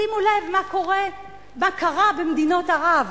שימו לב מה קרה במדינות ערב.